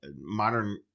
modern